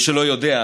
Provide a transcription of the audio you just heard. למי שלא יודע,